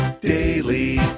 daily